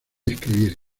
escribir